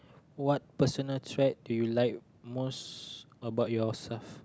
what personal trait do you like most about yourself